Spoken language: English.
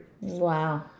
Wow